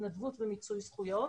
התנדבות ומיצוי זכויות.